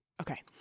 Okay